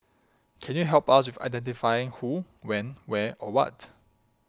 can you help us with identifying who when where or what